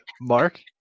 mark